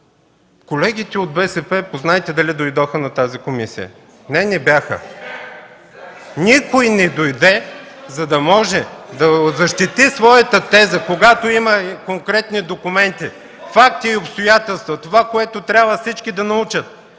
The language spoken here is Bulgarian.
е цената, познайте дали колегите дойдоха на тази комисия. Не, не бяха! Никой не дойде, за да може да защити своята теза. Когато има конкретни документи, факти и обстоятелства, които всички трябва да научат,